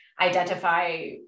identify